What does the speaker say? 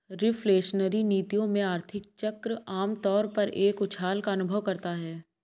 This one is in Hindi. रिफ्लेशनरी नीतियों में, आर्थिक चक्र आम तौर पर एक उछाल का अनुभव करता है